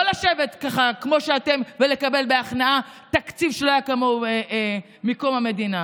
לא לשבת ככה כמו שאתם ולקבל בהכנעה תקציב שלא היה כמוהו מקום המדינה.